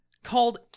Called